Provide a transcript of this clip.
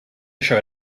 això